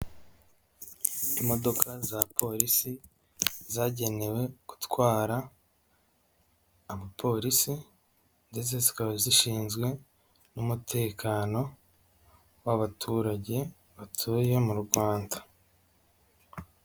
Imodoka za polisi zagenewe gutwara abapolisi, ndetse zikaba zishinzwe'umutekano w'abaturage batuye mu Rwanda.